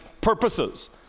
purposes